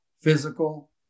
physical